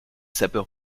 sapeurs